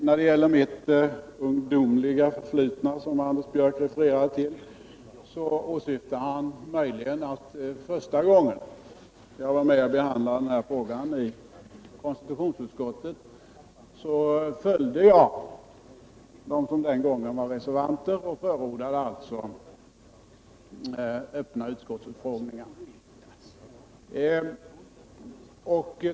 Vad sedan gäller mitt ungdomliga förflutna som Anders Björck refererade till åsyftade han möjligen att jag första gången som jag var med om att behandla denna fråga i konstitutionsutskottet följde dem som den gången var reservanter och förordade öppna utskottsutfrågningar.